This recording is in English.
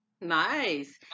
nice